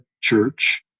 church